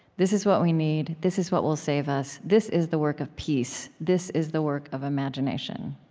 this is what we need. this is what will save us. this is the work of peace. this is the work of imagination.